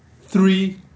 three